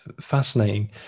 fascinating